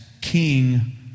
king